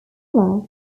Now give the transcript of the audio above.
few